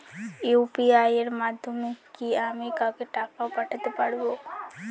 UPI এর মাধ্যমে কি আমি কাউকে টাকা ও পাঠাতে পারবো?